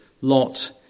Lot